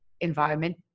environment